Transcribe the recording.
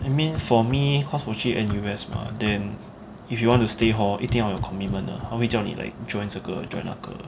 I mean for me because 我去 N_U_S mah then if you want to stay hall 一定要有 commitment 的他会叫你 like join 这个 join 那个